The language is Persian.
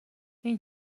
این